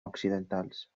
occidentals